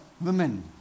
women